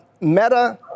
Meta